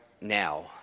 now